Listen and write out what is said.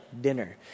dinner